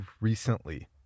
recently